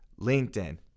LinkedIn